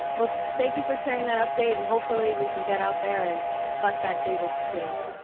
well thank you for sharing that update and hopefully we can get out there and collect that data soon.